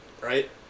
right